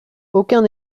aucun